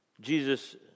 Jesus